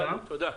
תודה.